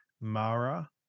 mara